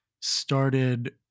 started